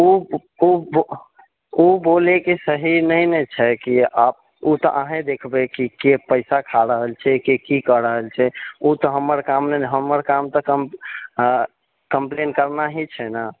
ओ ओ ओ बोलयकऽ सही नहि नऽ छै कि आबऽ ओतऽ अहीं देखबय की के पैसा खा रहल छै के की कऽ रहल छै ओतऽ हमर काम नहि नऽ हमर काम तऽ कम कम्प्लेन करना ही छै न